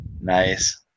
Nice